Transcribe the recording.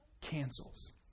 cancels